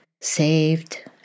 Saved